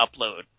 Upload